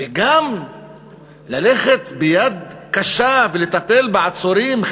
וגם ללכת ביד קשה ולטפל בעצורים,